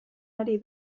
ari